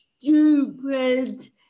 stupid